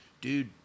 dude